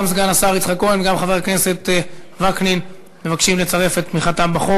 גם סגן השר יצחק כהן וגם חבר הכנסת וקנין מבקשים לצרף את תמיכתם בחוק.